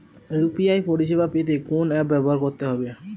UPI পরিসেবা পেতে কোন অ্যাপ ব্যবহার করতে হবে?